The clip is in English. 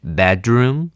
bedroom